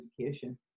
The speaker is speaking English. education